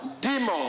Demon